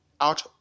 out